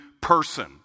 person